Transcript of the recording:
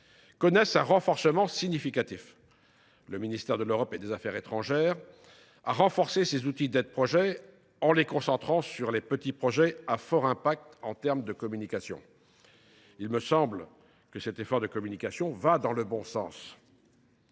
connaissent un renforcement significatif. Le ministère de l’Europe et des affaires étrangères a renforcé ses outils d’aide projet, en les concentrant sur les petits projets à fort impact en matière de communication. Il me semble que cet effort de communication va dans le bon sens.